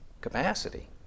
capacity